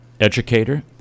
educator